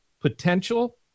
potential